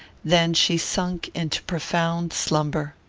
than she sunk into profound slumber.